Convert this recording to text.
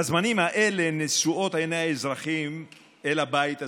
בזמנים האלה נשואות עיני האזרחים אל הבית הזה,